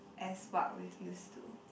as what we've used to